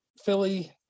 Philly